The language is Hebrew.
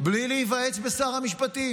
בלי להיוועץ בשר המשפטים.